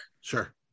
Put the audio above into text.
Sure